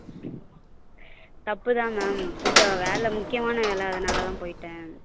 தப்பு தான் மேம் கொஞ்சம் வேலை முக்கியமான வேலை அதனால தான் போயிட்டேன்